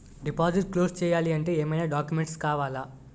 Deposit close చేయాలి అంటే ఏమైనా డాక్యుమెంట్స్ కావాలా?